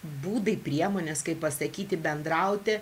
būdai priemonės kaip pasakyti bendrauti